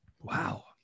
Wow